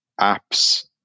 apps